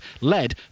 led